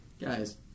Guys